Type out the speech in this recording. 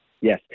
Yes